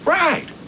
right